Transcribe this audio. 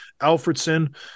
Alfredson